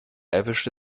erwischte